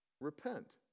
Repent